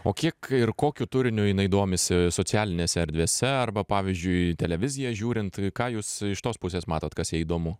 o kiek ir kokiu turiniu jinai domisi socialinėse erdvėse arba pavyzdžiui televiziją žiūrint ką jūs iš tos pusės matot kas jai įdomu